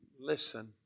Listen